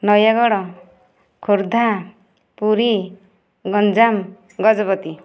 Nayagarh Khordha Puri Ganjam Gajapati